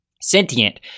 sentient